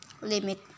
limit